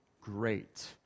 great